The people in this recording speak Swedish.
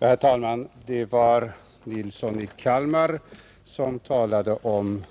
Herr talman! Herr Nilsson i Kalmar talade om